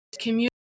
community